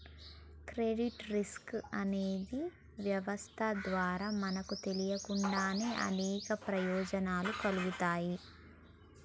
credit risk అనే వ్యవస్థ ద్వారా మనకు తెలియకుండానే అనేక ప్రయోజనాలు కల్గుతాయి